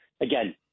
again